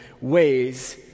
ways